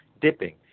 dipping